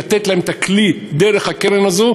לתת להן את הכלי דרך הקרן הזו,